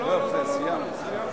זה הסכמה.